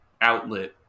outlet